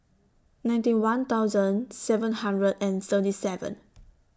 ninety one thousand seven hundred and thirty seven